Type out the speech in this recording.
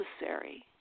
necessary